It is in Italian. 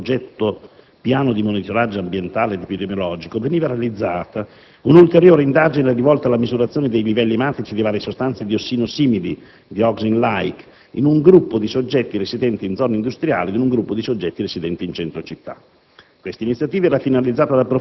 Nell'ambito del citato progetto Piano di monitoraggio ambientale ed epidemiologico veniva realizzata un'ulteriore indagine rivolta alla misurazione dei livelli ematici di varie sostanze diossino-simili (*dioxin-like*), in un gruppo di soggetti residenti in zona industriale ed in un gruppo di soggetti residenti in centro città.